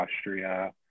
Austria